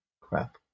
crap